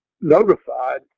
notified